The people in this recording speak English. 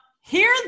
Hear